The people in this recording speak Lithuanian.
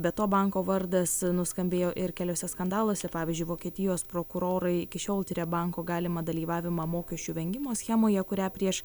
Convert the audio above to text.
be to banko vardas nuskambėjo ir keliuose skandaluose pavyzdžiui vokietijos prokurorai iki šiol tiria banko galimą dalyvavimą mokesčių vengimo schemoje kurią prieš